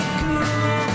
cool